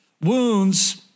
wounds